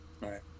Right